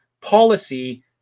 policy